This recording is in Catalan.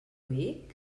dic